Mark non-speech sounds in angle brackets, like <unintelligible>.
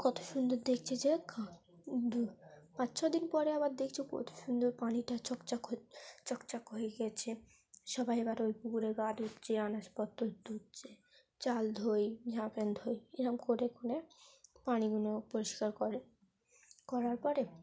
কত সুন্দর দেখছে যে <unintelligible> দু পাঁচ ছ দিন পরে আবার দেখছে কত সুন্দর পানিটা চকচক হো চকচক হয়ে গিয়েছে সবাই এবার ওই পুকুরে গা জামা প্যান্ট ধোয় এরকম করে করে পানিগুলো পরিষ্কার করে করার পরে